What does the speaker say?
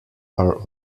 are